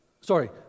Sorry